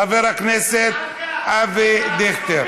חבר הכנסת אבי דיכטר.